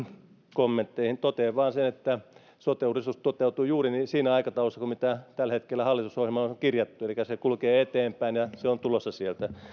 kommentteihin totean vain sen että sote uudistus toteutuu juuri siinä aikataulussa kuin mitä tällä hetkellä hallitusohjelmaan on on kirjattu elikkä se kulkee eteenpäin ja se on tulossa sieltä